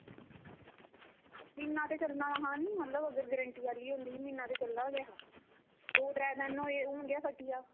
इन्ना ते करना गै ऐहा निं अगर गांरटी आह्ली होंदी ते म्हीना ते चलना गै हा दो त्रै दिन होये हुन गै फटी आ